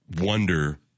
wonder